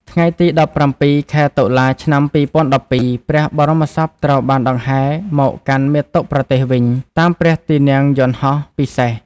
ថ្ងៃទី១៧ ខែតុលា ឆ្នាំ២០១២ ព្រះបរមសពត្រូវបានដង្ហែមកកាន់មាតុប្រទេសវិញ តាមព្រះទីនាំងយន្តហោះពិសេស។